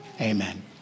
amen